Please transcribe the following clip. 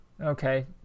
Okay